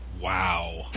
wow